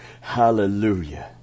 hallelujah